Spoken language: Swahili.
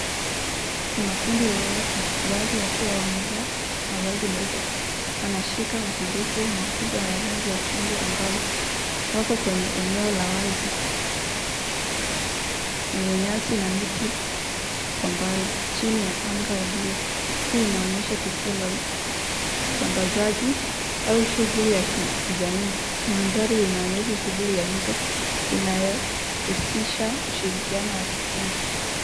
Kuna kundi la watu baadhi wakiwa wamevaa mavazi meupe, wanashika masanduku makubwa ya rangi ya chungwa angavu. Wako kwenye eneo la wazi, yenye nyasi na miti kwa mbali. Chini ya anga ya buluu, hii inaonyesha tukio la usambazaji au shughuli ya kijamii. Mandhari inaonyesha shughuli ya nje, inayohusisha ushirikiano wa kikundi.